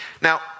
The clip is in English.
Now